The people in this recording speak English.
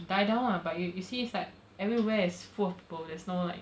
die down lah but you you see it's like everywhere is full of people there's no like